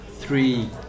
three